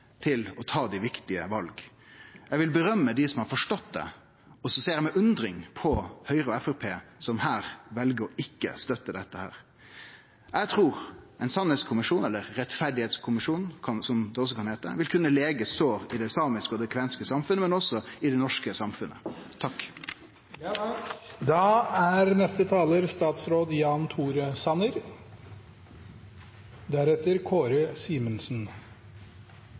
til å ta dei viktige vala. Eg vil rose dei som har forstått det, og så ser eg med undring på Høgre og Framstegspartiet, som her vel å ikkje støtte dette. Eg trur ein sanningskommisjon, eller rettferdskommisjon, som det òg kan heite, vil kunne lækje sår i det samiske og kvenske samfunnet, men òg i det norske samfunnet. Fornorskningspolitikken var brutal og er